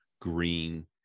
Green